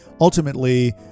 ultimately